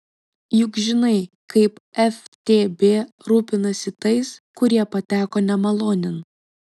juk žinai kaip ftb rūpinasi tais kurie pateko nemalonėn